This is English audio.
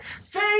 Faith